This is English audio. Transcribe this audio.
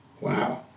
Wow